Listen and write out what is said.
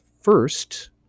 first